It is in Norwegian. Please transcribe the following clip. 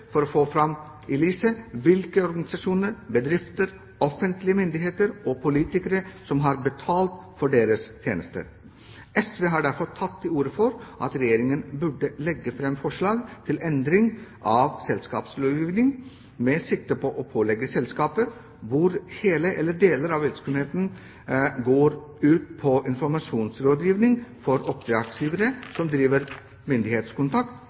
for å få fram i lyset hvilke organisasjoner, bedrifter, offentlige myndigheter og politikere som har betalt for deres tjenester. SV har derfor tatt til orde for at Regjeringen burde legge fram forslag til endring av selskapslovgivningen med sikte på å pålegge selskaper hvor hele eller deler av virksomheten går ut på informasjonsrådgivning for oppdragsgivere som driver myndighetskontakt,